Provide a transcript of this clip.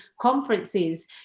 conferences